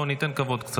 בואו ניתן קצת כבוד.